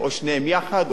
או שניהם יחד,